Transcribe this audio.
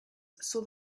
saw